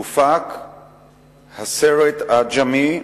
הופק הסרט "עג'מי"